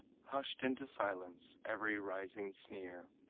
hushed into silence every rising sneer.